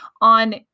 on